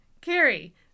Carrie